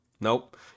nope